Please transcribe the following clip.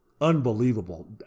Unbelievable